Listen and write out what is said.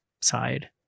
side